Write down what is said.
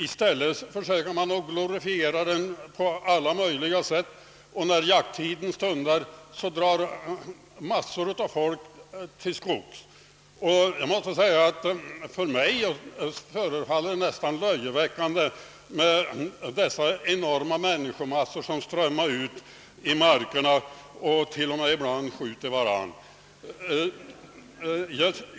I stället försöker man glorifiera den på alla möjliga sätt, och när jakttiden stundar drar massor av människor till skogs. Mig förefaller det nästan löjeväckande med dessa enorma människomassor som drar ut i markerna och till och med ibland skjuter varandra.